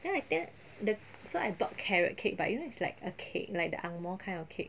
then I tell the so I bought carrot cake but you know it's like a cake like the angmoh kind of cake